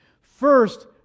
First